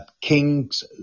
kings